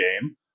game